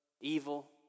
evil